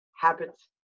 habits